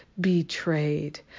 betrayed